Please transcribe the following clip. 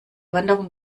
wanderung